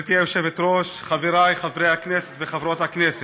גברתי היושבת-ראש, חברי חברי הכנסת וחברות הכנסת,